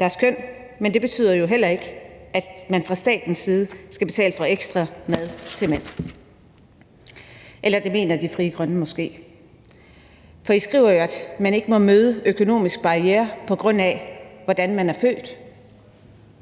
deres køn, men det betyder jo heller ikke, at man fra statens side skal betale for ekstra mad til mænd. Eller det mener Frie Grønne måske. For I skriver jo, at man ikke må møde økonomiske barrierer på grund af, hvordan man er født.